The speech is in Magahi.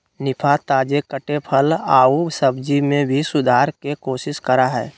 निफा, ताजे कटे फल आऊ सब्जी में भी सुधार के कोशिश करा हइ